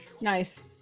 Nice